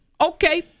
Okay